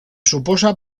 suposa